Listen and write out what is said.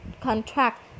contract